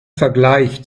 vergleich